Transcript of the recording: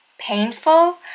painful